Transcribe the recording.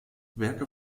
werke